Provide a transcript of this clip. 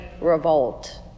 revolt